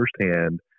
firsthand